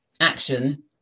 action